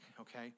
okay